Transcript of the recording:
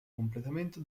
completamento